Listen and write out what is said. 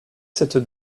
cette